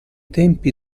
tempi